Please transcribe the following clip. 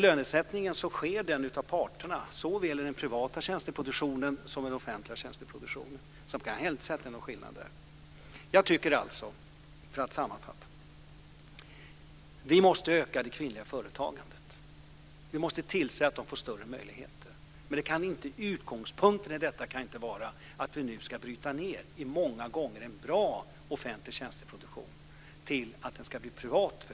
Lönesättningen görs av parterna, såväl i den privata tjänsteproduktionen som i den offentliga tjänsteproduktionen. Jag kan inte heller där se någon skillnad. För att sammanfatta: Jag tycker alltså att vi måste öka det kvinnliga företagandet. Vi måste tillse att de kvinnliga företagarna får större möjligheter. Men utgångspunkten i detta kan inte vara att vi ska bryta ned en många gånger bra offentlig tjänsteproduktion och göra den privat.